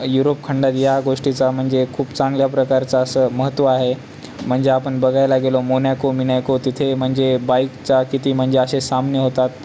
Europe खंडात या गोष्टीचा म्हणजे खूप चांगल्या प्रकारचा असं महत्त्व आहे म्हणजे आपण बघायला गेलो मोनॅको बिनॅको तिथे म्हणजे बाईकचा किती म्हणजे असे सामने होतात